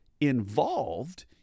involved